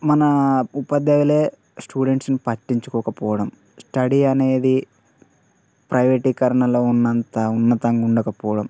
మన ఉపాధ్యాయులు స్టూడెంట్స్ని పట్టించుకోకపోవడం స్టడీ అనేది ప్రైవేటీకరణలో ఉన్నంత ఉన్నతంగా ఉండకపోవడం